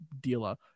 dealer